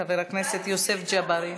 חבר הכנסת יוסף ג'בארין,